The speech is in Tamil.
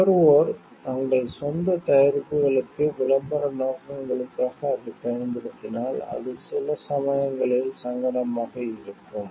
நுகர்வோர் தங்கள் சொந்த தயாரிப்புகளுக்கு விளம்பர நோக்கங்களுக்காக அதைப் பயன்படுத்தினால் அது சில சமயங்களில் சங்கடமாக இருக்கும்